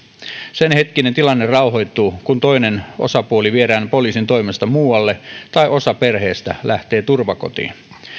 senhetkinen tilanne rauhoittuu kun toinen osapuoli viedään poliisin toimesta muualle tai osa perheestä lähtee turvakotiin